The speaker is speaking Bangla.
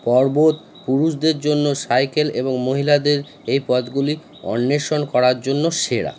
পর্বত পুরুষদের জন্য সাইকেল এবং মহিলাদের এই পথগুলি অন্বেষণ করার জন্য সেরা